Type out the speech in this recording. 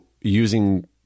using